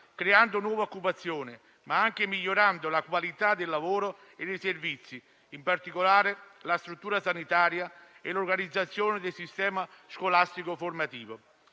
creando nuova occupazione, ma anche migliorando la qualità del lavoro e dei servizi, in particolare la struttura sanitaria e l'organizzazione del sistema scolastico-formativo.